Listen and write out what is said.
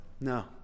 No